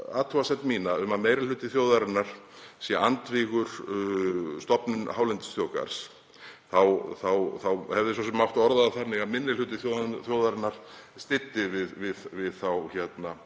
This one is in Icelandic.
athugasemd mína um að meiri hluti þjóðarinnar sé andvígur stofnun hálendisþjóðgarðs þá hefði svo sem mátt orða það þannig að minni hluti þjóðarinnar styddi við þá hugmynd.